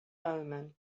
omen